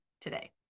today